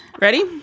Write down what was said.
Ready